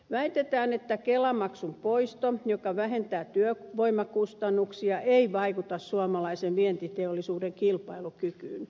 väitetään että kelamaksun poisto joka vähentää työvoimakustannuksia ei vaikuta suomalaisen vientiteollisuuden kilpailukykyyn